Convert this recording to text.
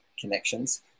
connections